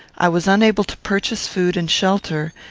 i was unable to purchase food and shelter,